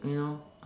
you know